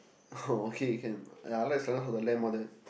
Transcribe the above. oh okay can ya I like Silence-of-the-Lamb all that